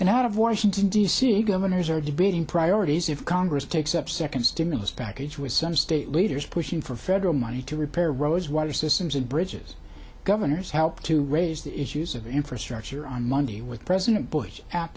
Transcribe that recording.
and out of washington d c governors are debating priorities if congress takes up second stimulus package with some state leaders pushing for federal money to repair roads water systems and bridges governors help to raise the issues of infrastructure on monday with president bush at